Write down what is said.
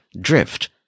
Drift